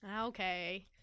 Okay